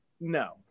No